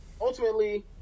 ultimately